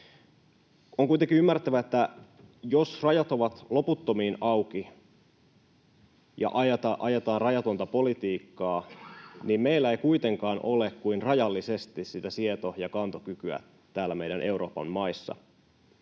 On kuitenkin ymmärrettävä, että jos rajat ovat loputtomiin auki ja ajetaan rajatonta politiikkaa, niin meillä ei kuitenkaan ole kuin rajallisesti sitä sieto- ja kantokykyä täällä meidän Euroopan maissa.